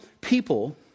people